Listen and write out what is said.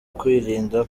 kwirinda